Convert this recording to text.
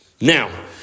Now